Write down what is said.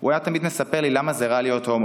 הוא היה תמיד מספר לי למה זה רע להיות הומו,